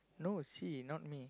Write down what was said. no it's he not me